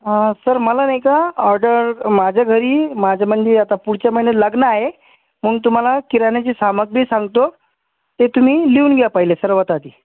sir मला नाही का ऑर्डर माझ्या घरी माझ्या म्हणजे आता पुढच्या महिन्यात लग्न आहे मग तुम्हाला किराण्याची सामग्री सांगतो ते तुम्ही लिहून घ्या पहिले सर्वात आधी